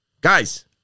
Guys